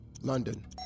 London